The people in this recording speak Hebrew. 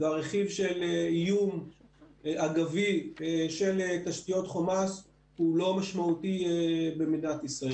והרכיב של איום אגבי של תשתיות חומ"ס הוא לא משמעותי במדינת ישראל.